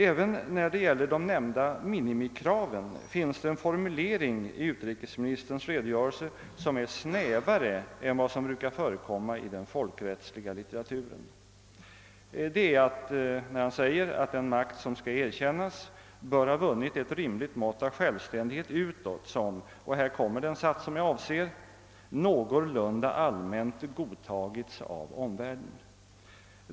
Även när det gäller de nämnda minimikraven finns det en formulering i utrikesministerns redogörelse, som är snävare än vad som brukar förekomma i den folkrättsliga litteraturen. Jag syftar på uttalandet att den makt som skall erkännas bör ha vunnit ett rimligt mått av sjävständighet utåt som — och här kommer den sats jag avser — »någorlunda allmänt godtagits av omvärlden».